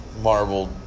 Marbled